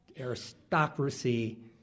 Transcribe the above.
aristocracy